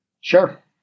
Sure